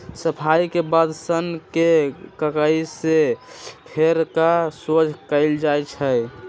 सफाई के बाद सन्न के ककहि से फेर कऽ सोझ कएल जाइ छइ